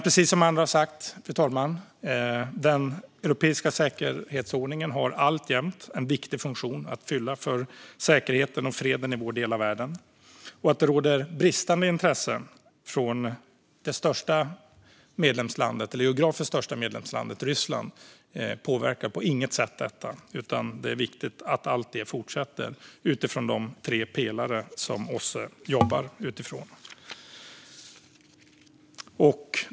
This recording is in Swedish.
Precis som har sagts, fru talman, har den europeiska säkerhetsordningen alltjämt en viktig funktion att fylla för säkerheten och freden i vår del av världen. Att det råder bristande intresse från det geografiskt största medlemslandet, Ryssland, påverkar på inget sätt detta, utan det är viktigt att allt det här fortsätter enligt de tre pelare som OSSE jobbar utifrån.